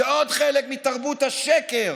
זה עוד חלק מתרבות השקר